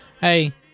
hey